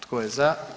Tko je za?